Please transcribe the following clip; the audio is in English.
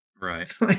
Right